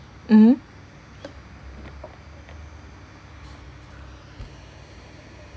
mmhmm